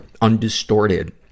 undistorted